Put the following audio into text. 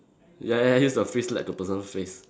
ya ya use the fish slap the person's face